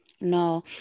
no